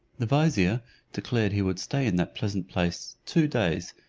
the vizier declared he would stay in that pleasent place two days,